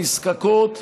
הנזקקות לסיוע,